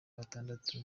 batandatu